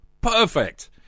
Perfect